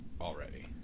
already